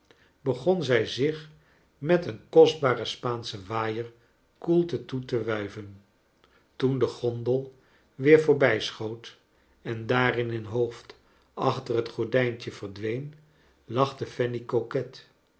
begon zrj zich met een kostbaren spaanschen waaier koelte toe te wuiven toen de gondel weer voorbij schoot en daarin een hoofd achter het gordrjntje verdween lachte fanny